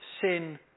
sin